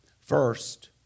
First